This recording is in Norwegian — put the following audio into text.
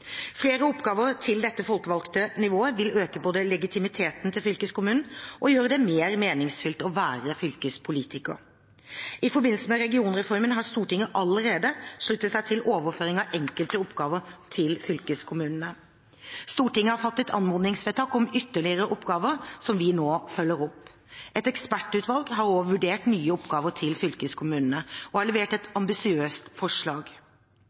Flere oppgaver til dette folkevalgte nivået vil både øke legitimiteten til fylkeskommunene og gjøre det mer meningsfylt å være fylkespolitiker. I forbindelse med regionreformen har Stortinget allerede sluttet seg til overføring av enkelte oppgaver til fylkeskommunene. Stortinget har fattet anmodningsvedtak om ytterligere oppgaver, som vi nå følger opp. Et ekspertutvalg har også vurdert nye oppgaver til fylkeskommunene og levert et ambisiøst forslag.